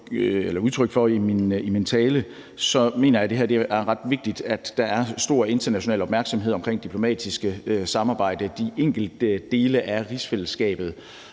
gav udtryk for i min tale, mener jeg, det er ret vigtigt, at der er stor international opmærksomhed om diplomatisk samarbejde – de enkelte dele af rigsfællesskabet